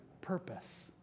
purpose